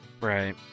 Right